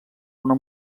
una